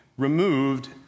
removed